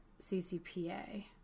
CCPA